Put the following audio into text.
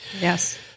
Yes